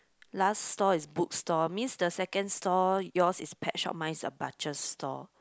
last store is book store means the second store yours is pet shop mine's a butcher store